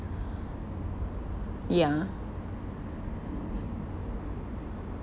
yeah